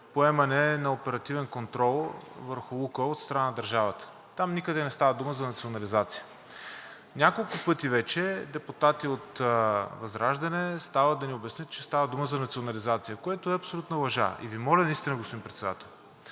поемане на оперативен контрол върху „Лукойл“ от страна на държавата. Там никъде не става дума за национализация. Няколко пъти вече депутати от ВЪЗРАЖДАНЕ стават да ни обяснят, че става дума за национализация, което е абсолютна лъжа. И Ви моля наистина, господин Председател,